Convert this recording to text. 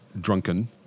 drunken